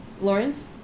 Lawrence